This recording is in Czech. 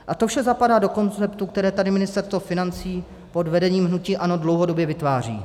A to vše zapadá do koncertu, které tady Ministerstvo financí pod vedením hnutí ANO dlouhodobě vytváří.